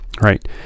right